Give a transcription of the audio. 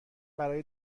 برای